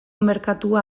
merkatua